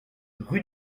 rue